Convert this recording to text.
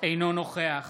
אינו נוכח